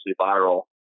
viral